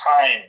time